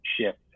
shift